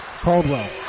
Caldwell